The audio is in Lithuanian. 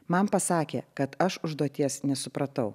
man pasakė kad aš užduoties nesupratau